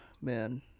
man